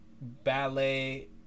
Ballet